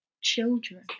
children